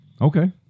Okay